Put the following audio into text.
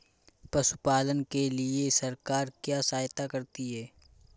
पशु पालन के लिए सरकार क्या सहायता करती है?